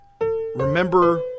Remember